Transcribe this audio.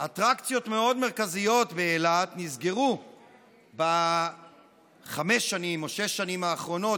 שאטרקציות מאוד מרכזיות באילת נסגרו בחמש או שש השנים האחרונות,